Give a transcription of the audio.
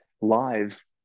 lives